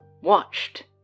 watched